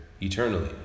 eternally